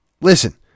listen